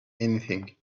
anything